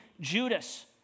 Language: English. Judas